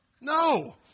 no